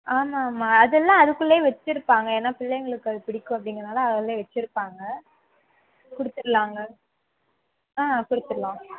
ஆமாம்மா அதெல்லாம் அதுக்குள்ளேயே வெச்சுருப்பாங்க ஏன்னால் பிள்ளைங்களுக்கு அது பிடிக்கும் அப்படிங்கறதனால அதுலேயே வெச்சுருப்பாங்க கொடுத்துறலாங்க ஆ கொடுத்துறலாம்